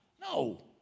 No